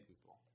people